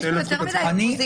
יש פה יותר מדי אופוזיציה היום.